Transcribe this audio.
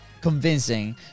convincing